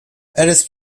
alice